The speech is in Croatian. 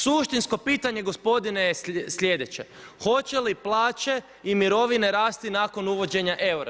Suštinsko pitanje, gospodine je sljedeće, hoće li plaće i mirovine rasti nakon uvođenja eura?